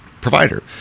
provider